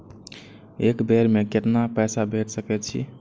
एक बेर में केतना पैसा भेज सके छी?